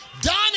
Donnie